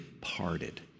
parted